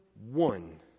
one